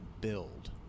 build